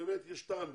שיש טעם בזה.